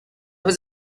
was